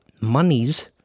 monies